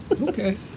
okay